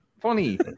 Funny